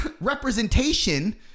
representation